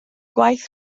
gwaith